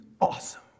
awesome